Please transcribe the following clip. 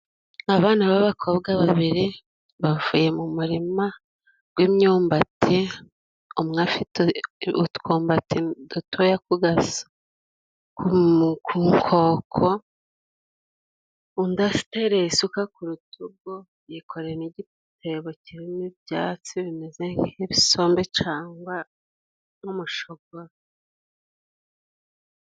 Abana b'abakobwa babiri bavuye mu murima w'imyumbati, umwe afite utwumbati dutoya ku nkoko, undi atereye isuka ku rutugu yikoreye igitebo kirimo ibyatsi bimeze nk'ibisombe cangwa n'umushogoro.